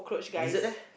lizard leh